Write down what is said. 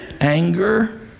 anger